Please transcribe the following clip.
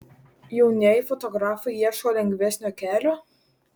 jaunieji fotografai ieško lengvesnio kelio